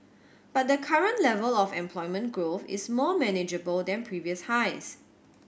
but the current level of employment growth is more manageable than previous highs